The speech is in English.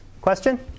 Question